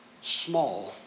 small